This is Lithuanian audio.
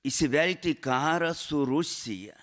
įsivelti į karą su rusija